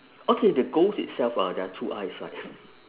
okay the ghost itself ah there are two eyes right